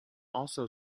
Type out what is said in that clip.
also